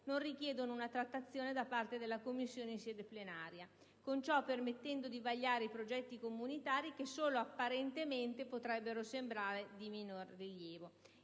non richiedono una trattazione da parte della Commissione in sede plenaria, con ciò permettendo di vagliare i progetti comunitari che solo apparentemente potrebbero sembrare di minore rilievo.